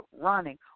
running